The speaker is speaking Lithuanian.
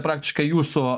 praktiškai jūsų